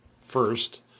First